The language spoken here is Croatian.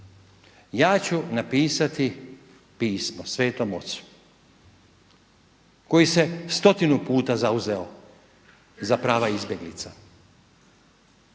ja ću napisati pismo svetom ocu koji se stotinu puta zauzeo za prava izbjeglica.